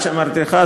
מה שאמרתי לך,